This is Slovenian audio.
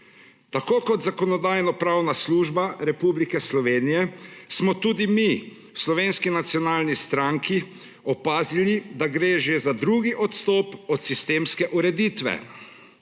Tako kot Zakonodajno-pravna služba Republike Slovenije smo tudi mi v Slovenski nacionalni stranki opazili, da gre že za drugi odstop od sistemske ureditve.